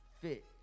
fit